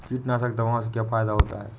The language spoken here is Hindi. कीटनाशक दवाओं से क्या फायदा होता है?